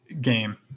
game